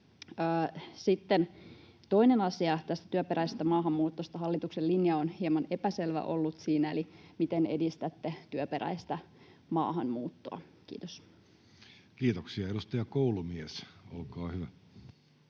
Sitten toinen asia: tästä työperäisestä maahanmuutosta hallituksen linja on hieman epäselvä ollut, eli miten edistätte työperäistä maahanmuuttoa? — Kiitos. Kiitoksia. — Edustaja Koulumies, olkaa hyvä.